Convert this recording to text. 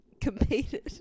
competed